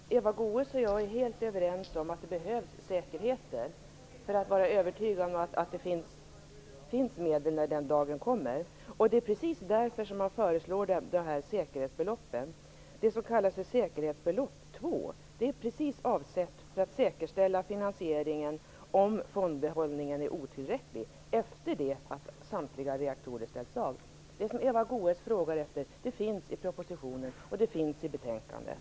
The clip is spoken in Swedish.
Fru talman! Eva Goës och jag är helt överens om att det behövs säkerheter för att man skall kunna vara övertygad om att det finns medel när den dagen kommer. Det är precis därför som man föreslår dessa säkerhetsbelopp. Det som kallas för säkerhetsbelopp 2 är avsett att säkerställa finansieringen om fondbehållningen är otillräcklig efter det att samtliga reaktorer stängts av. Allt det som Eva Goës efterlyser finns med i propositionen och i betänkandet.